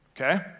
Okay